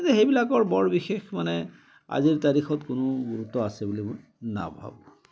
সেইবিলাকৰ বৰ বিশেষ মানে আজিৰ তাৰিখত কোনো গুৰুত্ব আছে বুলি মই নাভাবোঁ